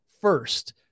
first